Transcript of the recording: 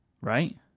right